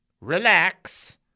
relax